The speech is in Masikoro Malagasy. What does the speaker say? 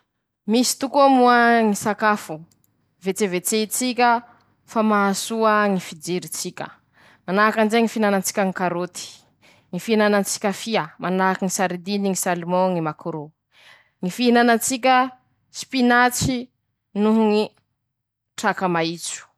Ñy sakafo nandesiny ñy razako aminy ñy kolotsaiko teako: -Ñy katokatoky aminy ñy kabaro misy ronono, -Ñy ravim-balahazo aminy ñy kapiky, -Ñy tsaramaso, -Ñy fotitsako aminy ñy kabaro, -Ñy tsaborida, -Ñy pakolila. Rezao ñy sakafo nandesiny ñy razako teako.